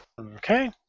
Okay